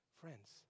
Friends